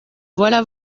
voilà